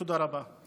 תודה רבה.